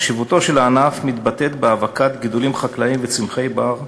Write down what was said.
חשיבותו של הענף מתבטאת בהאבקת גידולים חקלאיים וצמחי בר.